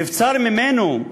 נבצר ממנו,